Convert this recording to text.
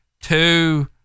two